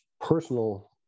personal